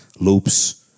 loops